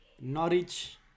Norwich